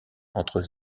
entre